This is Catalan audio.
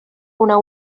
una